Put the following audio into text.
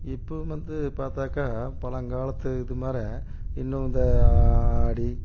இப்போவும் வந்து பார்த்தாக்கா பழங்காலத்து இது மாரி இன்னும் இந்த ஆடி